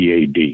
PAD